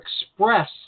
express